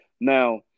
Now